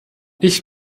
ich